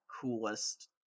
coolest